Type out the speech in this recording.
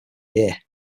year